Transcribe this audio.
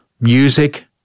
music